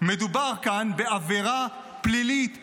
מדובר כאן בעבירה פלילית חמורה.